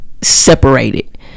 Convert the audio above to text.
separated